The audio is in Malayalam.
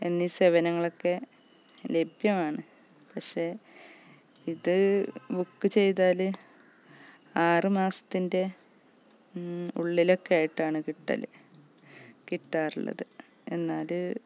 എന്നീ സേവനങ്ങളൊക്കെ ലഭ്യമാണ് പക്ഷേ ഇത് ബുക്ക് ചെയ്താൽ ആറുമാസത്തിൻ്റെ ഉള്ളിലൊക്കെയായിട്ടാണ് കിട്ടല് കിട്ടാറുള്ളത് എന്നാൽ